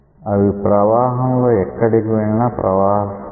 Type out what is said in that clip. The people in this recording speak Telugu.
అవి ప్రవాహంలో ఎక్కడికి వెళ్లినా ప్రకాశవంతంగానే ఉంటాయి